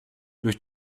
durch